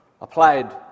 applied